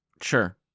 Sure